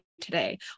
today